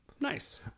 Nice